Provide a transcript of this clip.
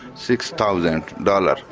six thousand dollars.